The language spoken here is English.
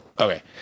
Okay